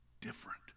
different